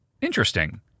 Interesting